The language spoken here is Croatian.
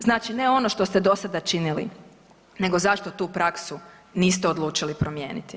Znači ne ono što ste do sada činili, nego zašto tu praksu niste odlučili promijeniti.